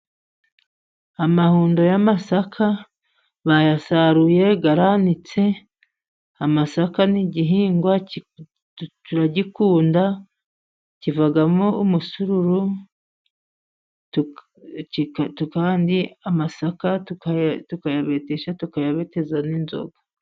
Amahundo y'amasaka bayasaruye aranitse, amasaka ni igihingwa turagikunda. kivamo umusururu kandi amasaka tukayabetesha, tukayabeteza n'inzoga.